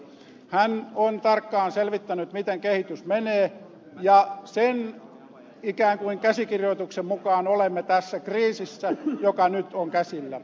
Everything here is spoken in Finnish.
hän on tarkkaan selvittänyt miten kehitys menee ja sen ikään kuin käsikirjoituksen mukaan olemme tässä kriisissä joka nyt on käsillä